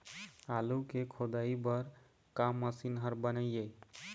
आलू के खोदाई बर का मशीन हर बने ये?